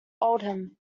oldham